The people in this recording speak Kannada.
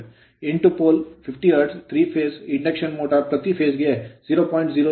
8 pole 50 hertz hertz 3 phase phase induction motor induction motor ಪ್ರತಿ phase ಫೇಸ್ ಗೆ 0